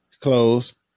Close